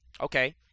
Okay